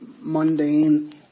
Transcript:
mundane